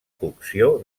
cocció